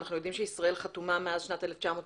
אנחנו יודעים שישראל חתומה מאז שנת 1994